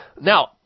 now